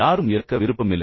யாரும் இறக்க விருப்பமில்லை